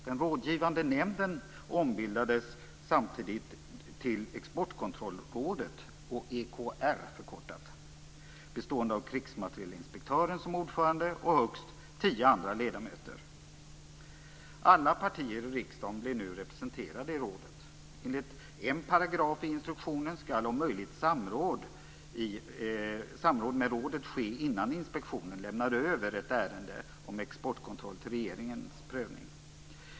Den rådgivande nämnden ombildades samtidigt till Exportkontrollrådet, förkortat EKR, bestående av krigsmaterielinspektören som ordförande och högst tio andra ledamöter. Alla partier i riksdagen blev nu representerade i rådet. Enligt en paragraf i instruktionen skall, om möjligt, samråd med rådet ske innan inspektionen lämnar över ett ärende om exportkontroll till regeringen för prövning.